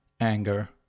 anger